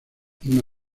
una